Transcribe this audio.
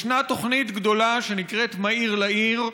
יש תוכנית גדולה שנקראת "מהיר לעיר".